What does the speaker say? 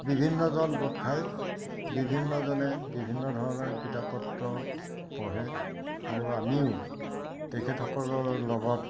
বিভিন্নজন গোট খায় বিভিন্নজনে বিভিন্ন ধৰণৰ কিতাপ পত্ৰ পঢ়ে আৰু আমিও তেখেতসকলৰ লগত